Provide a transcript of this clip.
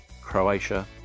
Croatia